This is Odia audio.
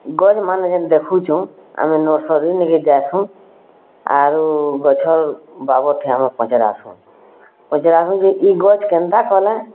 ଗଛ୍ମାନେ ଯେନ୍ ଦେଖୁଛୁଁ ଆମେ ନର୍ସରୀ ନେ କେ ଯାଛୁଁନ୍ ଆଉ ଗଛ ବାବଦରେ ପଚାରାଛୁଁ ପଚାରାଛୁଁ ଇ ଗଛ କେନ୍ତା କଲା